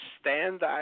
stand